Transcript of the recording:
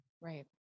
Right